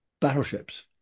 battleships